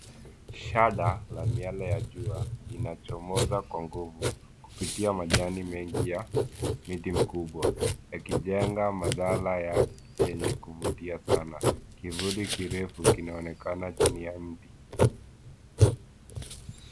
Shada la miale ya jua linachomoza kwa nguvu kupitia majani mengi ya miti mikubwa, yakijenga mandhari yenye kuvutia sana. Kivuli kirefu kinaonekana chini ya mti.